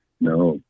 No